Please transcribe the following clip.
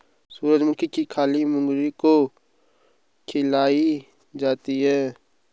सूर्यमुखी की खली मुर्गी को खिलाई जाती है